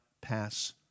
pass